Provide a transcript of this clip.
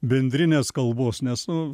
bendrinės kalbos nes nu